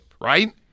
right